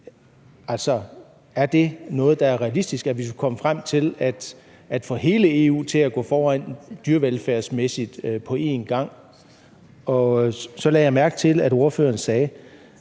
til, om det er noget, der er realistisk, altså at vi skulle komme frem til at få hele EU til at gå foran dyrevelfærdsmæssigt på en gang. Så lagde jeg mærke til, at ordføreren sagde,